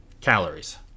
calories